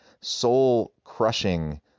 soul-crushing